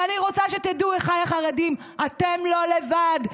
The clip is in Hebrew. ואני רוצה שתדעו, אחיי החרדים: אתם לא לבד.